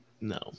No